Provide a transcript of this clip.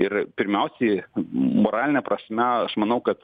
ir pirmiausiai moraline prasme aš manau kad